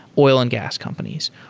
oil and gas companies,